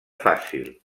fàcil